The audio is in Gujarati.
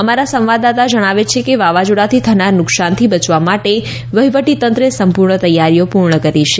અમારા સંવાદદાતા જણાવે છે કે વાવાઝોડાથી થનાર નુકશાનથી બચવા માટે વહીવટીતંત્રે સંપૂર્ણ તૈયારીઓ પૂર્ણ કરી છે